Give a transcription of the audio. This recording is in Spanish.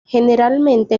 generalmente